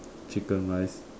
chicken rice